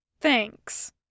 Thanks